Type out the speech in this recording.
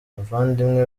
bavandimwe